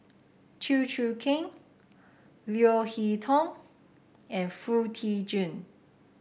Chew Choo Keng Leo Hee Tong and Foo Tee Jun